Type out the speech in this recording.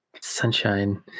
Sunshine